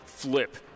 Flip